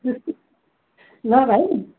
ल भाइ